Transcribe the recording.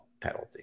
penalty